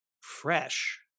fresh